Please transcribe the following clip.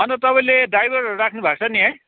अन्त तपाईँले ड्राइभर राख्नु भएको छ नि है